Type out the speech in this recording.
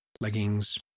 leggings